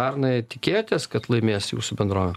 arnai tikėjotės kad laimės jūsų bendrovė